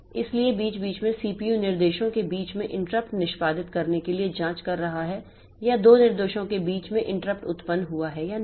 इसलिए बीच बीच में सीपीयू निर्देशों के बीच में इंटरप्ट निष्पादित करने के लिए जाँच कर रहा है या दो निर्देशों के बीच में इंटरप्ट उत्पन्न हुआ है या नहीं